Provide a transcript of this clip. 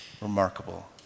remarkable